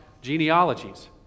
genealogies